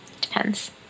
depends